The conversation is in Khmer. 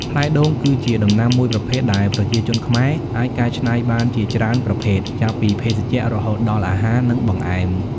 ផ្លែដូងគឺជាដំណាំមួយប្រភេទដែលប្រជាជនខ្មែរអាចកែច្នៃបានជាច្រើនប្រភេទ ចាប់ពីភេសជ្ជៈរហូតដល់អាហារ និងបង្អែម។